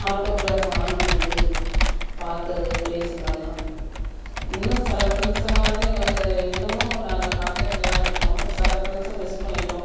autograph வாங்கினது பார்த்தது பேசினதெல்லாம் இன்னும் சில ஃப்ரெண்ட்ஸெல்லாம் வந்து எங்களுக்கு இன்னுமும் நாங்கள் காண்டெக்ட்டில் தான் இருக்கோம் சில ஃப்ரெண்ட்ஸை மிஸ் பண்ணிவிட்டோம்